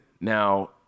Now